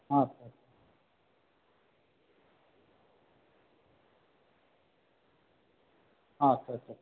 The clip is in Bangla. আচ্ছা আচ্ছা আচ্ছা